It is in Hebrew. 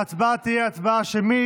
ההצבעה תהיה הצבעה שמית,